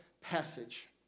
passage